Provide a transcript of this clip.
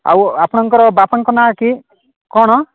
ଆଉ ଆପଣଙ୍କର ବାପାଙ୍କ ନାଁ କି କ'ଣ